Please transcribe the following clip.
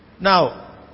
Now